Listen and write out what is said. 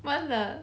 what the